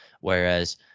whereas